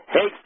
Hey